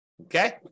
okay